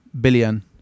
billion